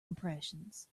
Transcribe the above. impressions